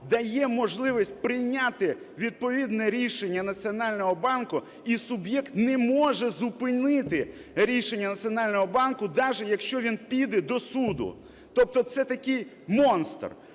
дає можливість прийняти відповідне рішення Національного банку і суб'єкт не може зупинити рішення Національного банку, даже якщо він піде до суду. Тобто це такий монстр.